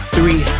Three